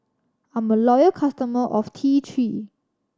I'm a loyal customer of T Three